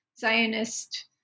Zionist